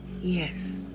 Yes